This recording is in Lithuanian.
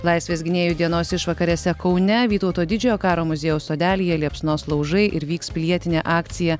laisvės gynėjų dienos išvakarėse kaune vytauto didžiojo karo muziejaus sodelyje liepsnos laužai ir vyks pilietinė akcija